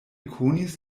konis